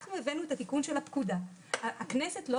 כשאנחנו הבאנו את התיקון של הפקודה הכנסת לא